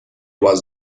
was